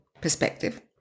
perspective